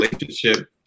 relationship